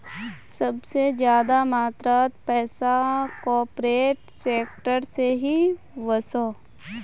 सबसे ज्यादा मात्रात पैसा कॉर्पोरेट सेक्टर से ही वोसोह